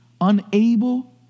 unable